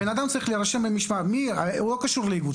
הוא לא קשור לאיגוד.